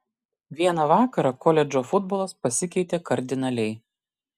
vieną vakarą koledžo futbolas pasikeitė kardinaliai